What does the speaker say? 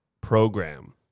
program